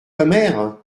commères